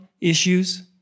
issues